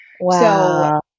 Wow